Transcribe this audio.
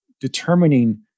determining